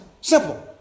Simple